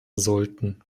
sollten